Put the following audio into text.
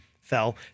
fell